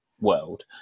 world